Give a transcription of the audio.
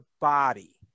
body